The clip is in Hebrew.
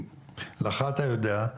אתה יודע,